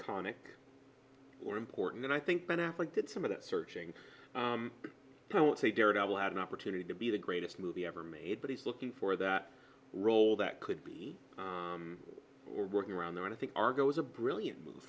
iconic or important and i think ben affleck did some of that searching i won't say daredevil had an opportunity to be the greatest movie ever made but he's looking for that role that could be working around the end of the argo was a brilliant move